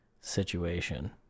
situation